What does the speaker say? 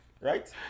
right